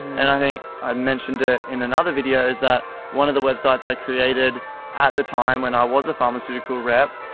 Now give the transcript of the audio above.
and i think i mentioned it in another video is that one of the websites i created at the time when i was a pharmaceutical rep,